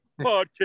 podcast